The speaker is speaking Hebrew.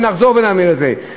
ונחזור ונאמר את זה,